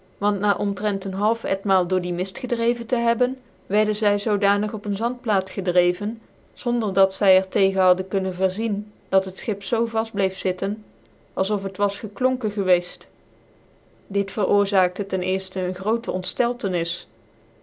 want na omtrent een half etmaal door die mift gedreven tc hebben wierden zy zoodanig op een fantplaat gedreven zonder dat zy er tegen hadden kunnen verzien dat het schip zoo vafl bleef zitten als of het was geklonken geweeft dit veroorzaakte ten cerfte een grootc